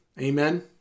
Amen